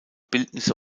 bildnisse